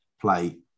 play